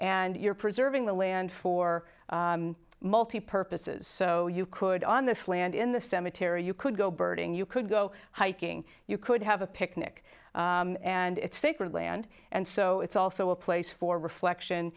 and you're preserving the land for multi purposes so you could on this land in the cemetery you could go birding you could go hiking you could have a picnic and it's sacred land and so it's also a place for reflection